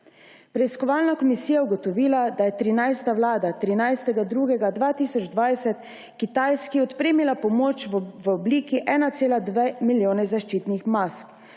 Preiskovalna komisija je ugotovila, da je 13. vlada 13. 2. 2020 Kitajski odpremila pomoč v obliki 1,2 milijona zaščitnih mask,